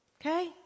Okay